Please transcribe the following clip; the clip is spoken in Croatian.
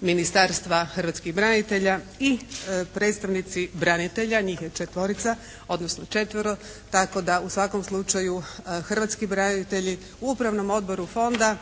Ministarstva hrvatskih branitelja i predstavnici branitelja, njih je četvorica, odnosno četvero tako da u svakom slučaju hrvatski branitelji u upravnom odboru fonda